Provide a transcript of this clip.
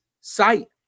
sight